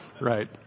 Right